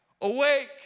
awake